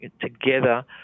together